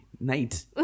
night